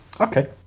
Okay